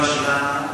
אדוני היושב-ראש,